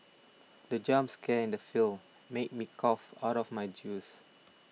the jump scare in the film made me cough out my juice